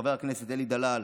חבר הכנסת אלי דלל,